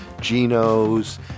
Geno's